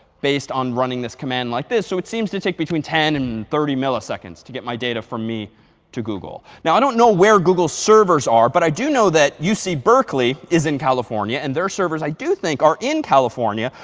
based on running this command like this. so it seems to take between ten and thirty milliseconds to get my data from me to google. now, i don't know where google's servers are, but i do know that uc berkeley is in california, and their servers i do think are in california.